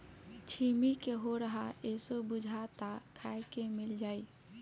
छिम्मी के होरहा असो बुझाता खाए के मिल जाई